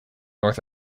north